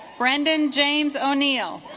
brendan james o'neill